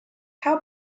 how